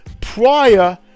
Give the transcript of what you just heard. prior